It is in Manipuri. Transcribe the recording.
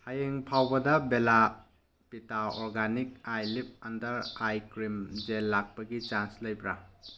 ꯍꯌꯦꯡ ꯐꯥꯎꯕꯗ ꯕꯦꯜꯂꯥ ꯇꯤꯇꯥ organic eye lip under eye cream gel ꯂꯥꯛꯄꯒꯤ ꯆꯥꯟꯁ ꯂꯩꯕ꯭ꯔꯥ